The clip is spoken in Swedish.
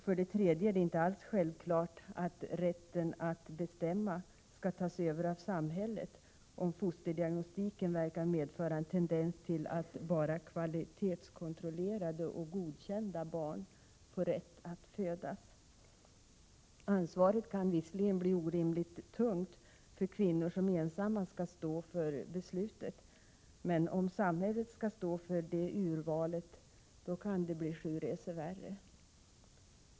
För det tredje är det inte alls självklart att rätten att bestämma skall tas över av samhället, om fosterdiagnostiken verkar medföra en tendens till att bara kvalitetskontrollerade och godkända barn får rätt att födas. Ansvaret kan visserligen bli orimligt tungt för kvinnor som ensamma skall stå för beslutet. Men om samhället skall stå för det urvalet kan det bli sju resor värre.